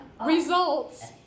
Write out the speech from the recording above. results